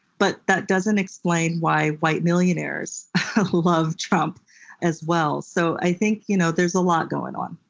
but that doesn't explain why white millionaires love trump as well. so i think you know there's a lot going on.